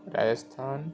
Rajasthan